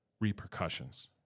repercussions